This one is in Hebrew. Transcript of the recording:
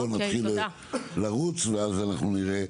בוא נתחיל לרוץ ואז אנחנו נראה.